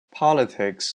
politics